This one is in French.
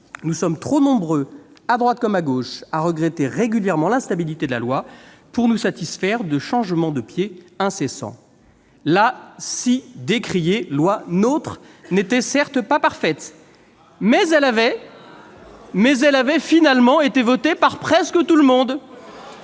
Nous sommes trop nombreux, à droite comme à gauche, à regretter régulièrement l'instabilité de la loi pour nous satisfaire de changements de pied incessants. La si décriée loi NOTRe n'était certes pas parfaite, mais elle avait finalement été votée par presque tout le monde.